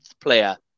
player